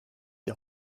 der